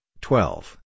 twelve